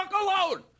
alone